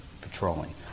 patrolling